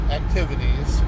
activities